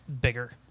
bigger